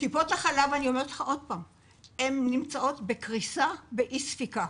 טיפות החלב נמצאות בקריסה ובאי-ספיקה.